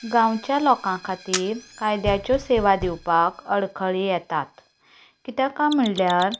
गांवच्या लोकां खातीर कायद्याच्यो सेवा दिवपाक अडखळी येतात कित्याक काय म्हणल्यार